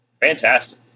fantastic